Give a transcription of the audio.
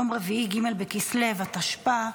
יום רביעי ג' בכסלו התשפ"ה,